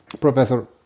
professor